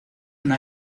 una